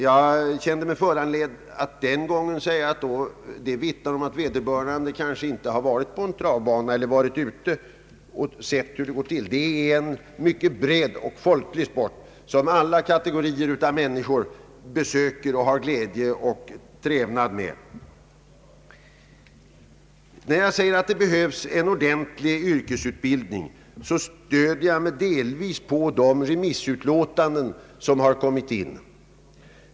Jag kände mig den gången föranlåten att påstå att ett sådant uttalande vittnar om att vederbörande ledamot inte har varit på en travbana och sett hur det går till. Hästsporten är en mycket bred och folklig sport, som alla kategorier av människor har glädje och trevnad av. När jag påstår att det behövs en ordentlig yrkesutbildning, stöder jag mig delvis på de remissutlåtanden som har kommit in.